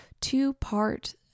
two-part